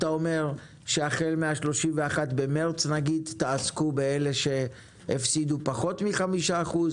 שהחל מה-31 במרץ תעסקו באלה שהפסידו פחות מחמישה אחוז?